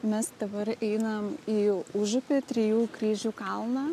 mes dabar einam į užupį trijų kryžių kalną